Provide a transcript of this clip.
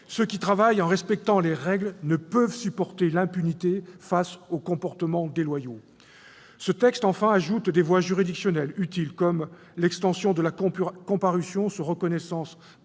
Ceux qui travaillent en respectant les règles ne peuvent supporter l'impunité face aux comportements déloyaux. Enfin, ce texte prévoit de nouvelles voies juridictionnelles utiles, comme l'extension de la comparution sur reconnaissance